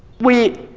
we